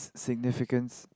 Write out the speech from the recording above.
significants